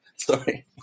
Sorry